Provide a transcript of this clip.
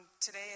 today